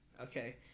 okay